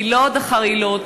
יילוד אחר יילוד,